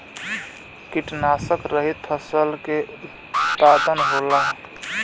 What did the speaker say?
कीटनाशक रहित फसल के उत्पादन होला